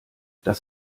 das